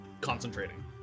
concentrating